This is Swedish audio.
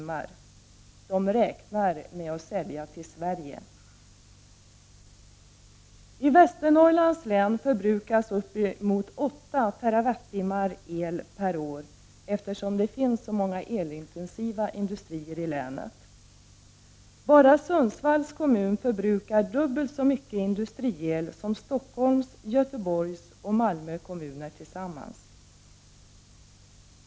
Man räknar med att sälja till Sverige. I Västernorrlands län förbrukas uppemot 8 TWh el per år, eftersom det finns så många elintensiva industrier i länet. Bara Sundsvalls kommun förbrukar dubbelt så mycket industriel som Stockholms, Göteborgs och Malmö kommuner tillsammans.